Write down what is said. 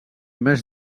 més